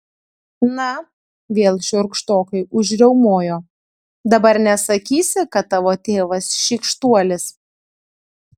na vėl šiurkštokai užriaumojo dabar nesakysi kad tavo tėvas šykštuolis